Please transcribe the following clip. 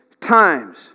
times